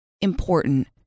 important